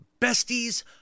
Besties